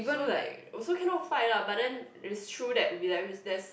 so like also cannot fight lah but then it's true that there's